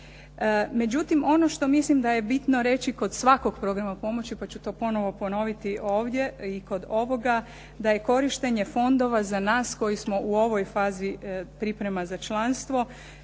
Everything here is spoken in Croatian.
Međutim, ono što mislim da je bitno reći kod svakog programa pomoći, pa ću to ponovo ponoviti ovdje i kod ovoga, da je korištenje fondova za nas koji smo u ovoj fazi priprema za članstvo